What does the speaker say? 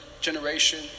generation